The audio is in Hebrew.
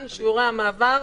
שיעורי המעבר,